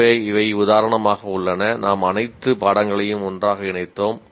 எனவே இவை உதாரணமாக உள்ளன நாம் அனைத்து பாடங்களையும் ஒன்றாக இணைத்தோம்